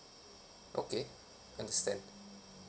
okay understand